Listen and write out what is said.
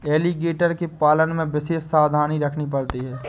alligator के पालन में विशेष सावधानी रखनी पड़ती है